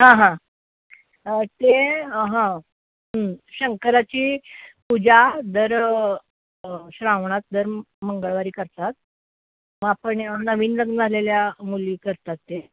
हां हां ते हां शंकराची पूजा दर श्रावणात दर मंगळवारी करतात मग आपण नवीन लग्न झालेल्या मुली करतात ते